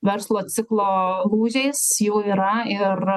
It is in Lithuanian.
verslo ciklo lūžiais jau yra ir